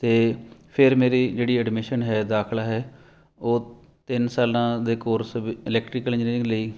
ਅਤੇ ਫਿਰ ਮੇਰੀ ਜਿਹੜੀ ਐਡਮਿਸ਼ਨ ਹੈ ਦਾਖਲਾ ਹੈ ਉਹ ਤਿੰਨ ਸਾਲਾਂ ਦੇ ਕੋਰਸ ਇਲੈਕਟ੍ਰੀਕਲ ਇੰਜੀਨੀਅਰਿੰਗ ਲਈ